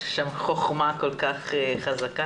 יש שם חוכמה כל כך חזקה.